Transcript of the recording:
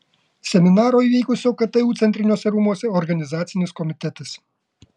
seminaro įvykusio ktu centriniuose rūmuose organizacinis komitetas